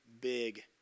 big